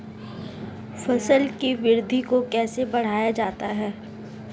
फसल की वृद्धि को कैसे बढ़ाया जाता हैं?